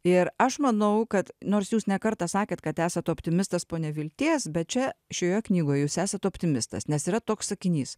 ir aš manau kad nors jūs ne kartą sakėt kad esat optimistas po nevilties bet čia šioje knygoj jūs esat optimistas nes yra toks sakinys